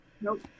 nope